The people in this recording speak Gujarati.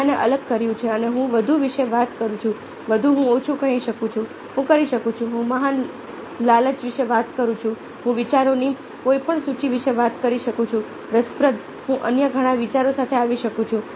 મેં આને અલગ કર્યું છે અને હું વધુ વિશે વાત કરું છું વધુ હું ઓછું કહી શકું છું હું કરી શકું છું હું મહાન લાલચ વિશે વાત કરું છું હું વિચારોની કોઈપણ સૂચિ વિશે વાત કરી શકું છું રસપ્રદ હું અન્ય ઘણા વિચારો સાથે આવી શકું છું